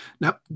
Now